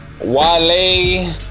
Wale